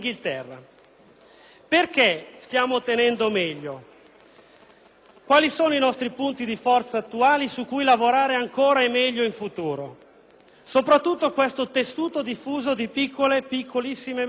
Perché stiamo tenendo meglio? Quali sono i nostri punti di forza attuali, su cui lavorare ancora e meglio in futuro? Soprattutto il tessuto diffuso di piccole, piccolissime e medie imprese,